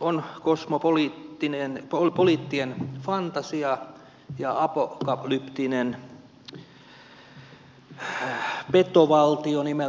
on kosmopoliittien fantasia ja apokalyptinen petovaltio nimeltä euroopan unioni